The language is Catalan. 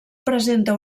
presenta